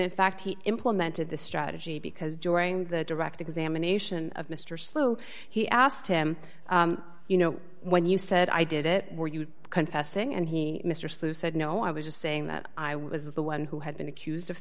in fact he implemented the strategy because during the direct examination of mr slow he asked him you know when you said i did it were you confessing and he mr sulu said no i was just saying that i was the one who had been accused of